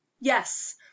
yes